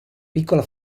piccola